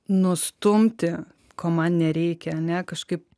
nustumti ko man nereikia ane kažkaip